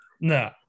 No